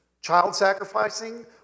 child-sacrificing